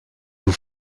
your